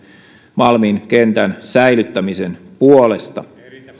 malmin kentän säilyttämisen puolesta